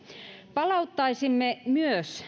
palauttaisimme myös